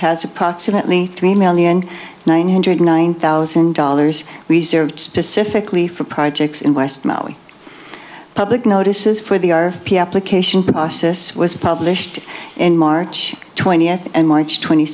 has approximately three million nine hundred nine thousand dollars reserved specifically for projects in west maui public notices for the r p application process was published in march twentieth and march twenty